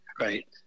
right